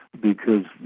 because